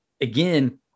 again